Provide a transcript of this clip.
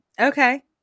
Okay